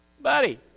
buddy